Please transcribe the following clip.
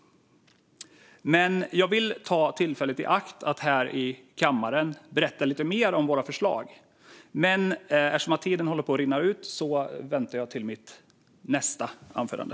Jag vill dock ta tillfället i akt att här i kammaren berätta lite mer om våra förslag, men eftersom tiden håller på att rinna ut väntar jag till mitt nästa anförande.